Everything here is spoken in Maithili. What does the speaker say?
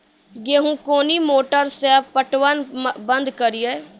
गेहूँ कोनी मोटर से पटवन बंद करिए?